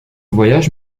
voyage